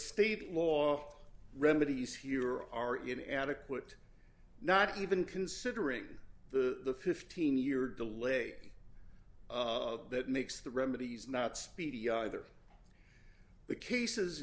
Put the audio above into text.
state law remedies here are it adequate not even considering the fifteen year delay that makes the remedies not speedy either the cases